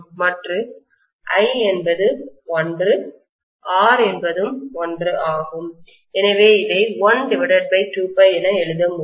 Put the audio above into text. மற்றும் I என்பது 1 R என்பதும் 1 ஆகும் எனவே இதை 12π என எழுத முடியும்